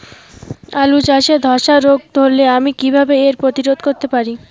আলু চাষে ধসা রোগ ধরলে আমি কীভাবে এর প্রতিরোধ করতে পারি?